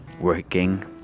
working